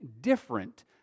different